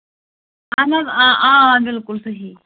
اَہَن حظ آ آ بِلکُل صحیح